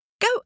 Go